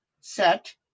set